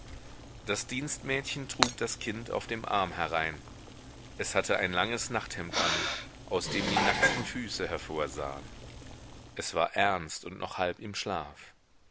das dienstmädchen trug das kind auf dem arm herein es hatte ein langes nachthemd an aus dem die nackten füße hervorsahen es war ernst und noch halb im schlaf